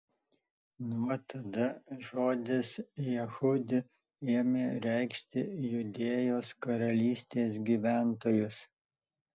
nuo tada žodis jehudi ėmė reikšti judėjos karalystės gyventojus